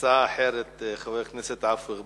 הצעה אחרת, חבר הכנסת עפו אגבאריה,